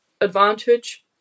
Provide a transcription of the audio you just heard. advantage